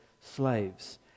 slaves